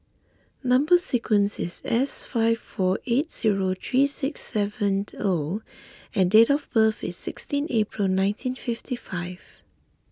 Number Sequence is S five four eight zero three six seven O and date of birth is sixteen April nineteen fifty five